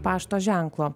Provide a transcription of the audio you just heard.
pašto ženklo